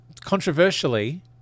controversially